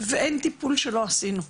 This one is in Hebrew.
ואין טיפול שלא עשינו.